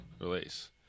release